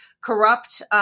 corrupt